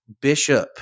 Bishop